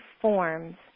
forms